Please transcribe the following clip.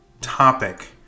topic